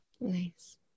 Nice